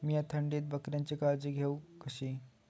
मीया थंडीत बकऱ्यांची काळजी कशी घेव?